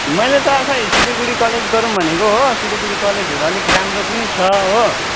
मैले त आफै सिलगढी कलेज गरौँ भनेको हो सिलगढी कलेज अलिक राम्रो पनि छ हो